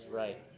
right